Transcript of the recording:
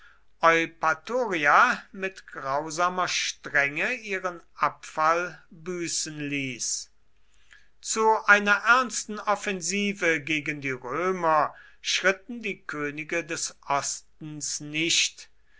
eupatoria mit grausamer strenge ihren abfall büßen ließ zu einer ernsten offensive gegen die römer schritten die könige des ostens nicht